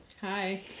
Hi